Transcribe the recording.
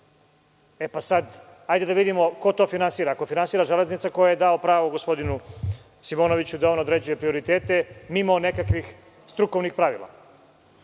rampi. Hajde da vidimo ko to finansira. Ako finansira „Železnica“, ko je dao pravo gospodinu Simonoviću da on određuje prioritet mimo nekakvih strukovnih pravila?